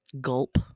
Gulp